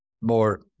more